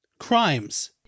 crimes